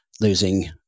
losing